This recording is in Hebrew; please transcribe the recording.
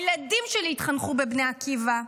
הילדים שלי התחנכו בבני עקיבא,